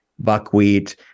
buckwheat